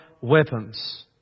weapons